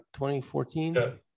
2014